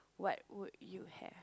what would you have